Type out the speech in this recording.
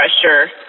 pressure